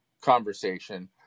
conversation